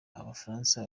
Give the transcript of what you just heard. abafaransa